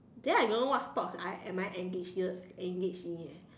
then I don't know what sports I am I engage here engage me leh